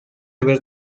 haber